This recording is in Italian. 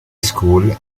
school